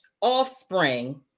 offspring